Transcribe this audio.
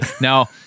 Now